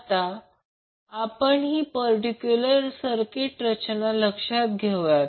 आता आपण ही पर्टिक्युलर सर्किट रचना लक्षात घेऊया